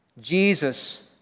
Jesus